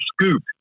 scoop